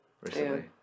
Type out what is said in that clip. recently